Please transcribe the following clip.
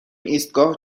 ایستگاه